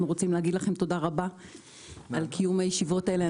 אנחנו רוצים להגיד לכם תודה רבה על קיום הישיבות האלה.